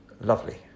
Lovely